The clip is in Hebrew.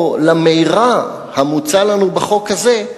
או למירע, המוצע לנו בחוק הזה,